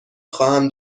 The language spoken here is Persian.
خواهم